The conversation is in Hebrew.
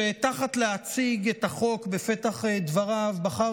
שתחת להציג את החוק בפתח דבריו בחר